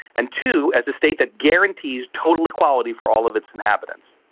and two, as a state that guarantees total equality for all of its inhabitants.